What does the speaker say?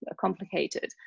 complicated